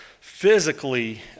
physically